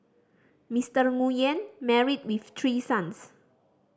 Mister Nguyen married with three sons